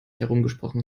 herumgesprochen